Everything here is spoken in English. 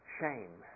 shame